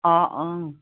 অঁ অঁ